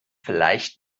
vielleicht